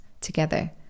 together